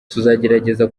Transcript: tuzagerageza